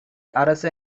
அரச